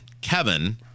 Kevin